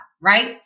right